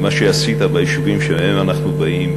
ומה שעשית ביישובים שמהם אנחנו באים,